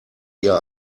ihr